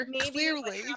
clearly